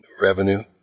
revenue